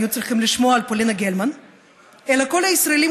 היו צריכים לשמוע על פולינה גלמן אלא כל הישראלים